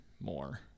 more